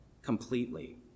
completely